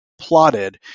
plotted